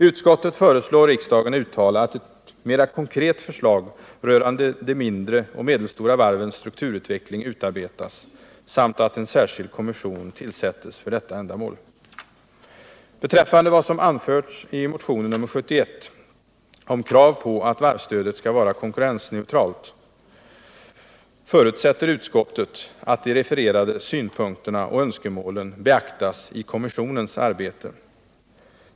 Utskottet föreslår riksdagen uttala att ett mera konkret förslag rörande de mindre och medelstora varvens strukturutveckling utarbetas samt att en särskild kommission tillsätts för detta ändamål. Beträffande vad som anförts i motionen 71 — om krav på att varvsstödet skall vara konkurrensneutralt — förutsätter utskottet att de refererade synpunkterna och önskemålen beaktas i kommissionens arbete.